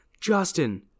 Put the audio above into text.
Justin